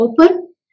open